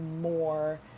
more